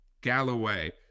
Galloway